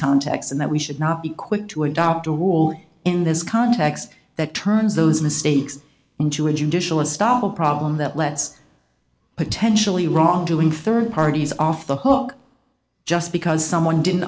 context and that we should not be quick to adopt a wall in this context that turns those mistakes into a judicial astolfo problem that lets potentially wrongdoing rd parties off the hook just because someone didn't